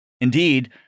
Indeed